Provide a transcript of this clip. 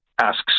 asks